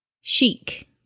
chic